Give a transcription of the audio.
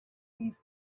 east